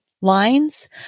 lines